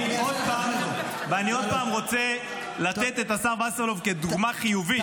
אני עוד פעם רוצה לתת את השר וסרלאוף כדוגמה חיובית.